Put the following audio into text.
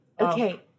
okay